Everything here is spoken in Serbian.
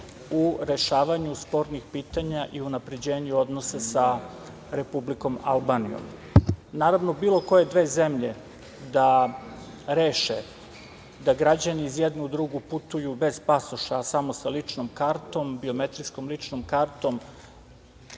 u rešavanju spornih pitanja i unapređenju odnosa sa Republikom Albanijom. Naravno, bilo koje dve zemlje da reše da građani iz jedne u drugu putuju bez pasoša, samo sa ličnom kartom,